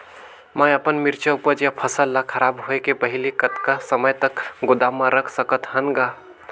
मैं अपन मिरचा ऊपज या फसल ला खराब होय के पहेली कतका समय तक गोदाम म रख सकथ हान ग?